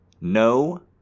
No